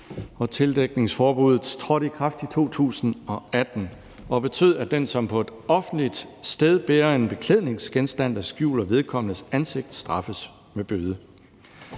Tildækningsforbuddet trådte i kraft i 2018 og betød, at den, som på et offentligt sted bærer en beklædningsgenstand, der skjuler vedkommendes ansigt, straffes med bøde.